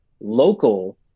local